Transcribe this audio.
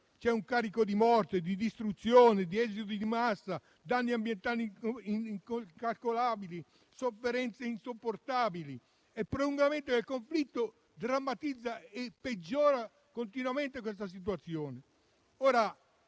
C'è un carico di morte, di distruzione; ci sono esodi di massa, danni ambientali incalcolabili, sofferenze insopportabili e il prolungamento del conflitto drammatizza e peggiora continuamente la situazione.